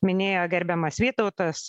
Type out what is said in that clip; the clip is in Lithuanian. minėjo gerbiamas vytautas